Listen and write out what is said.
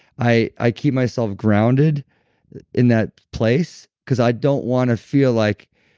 i i keep myself grounded in that place, because i don't want to feel like,